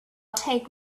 take